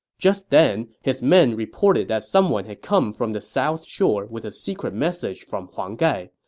just then, his men reported that someone had come from the south shore with a secret message from huang gai.